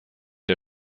der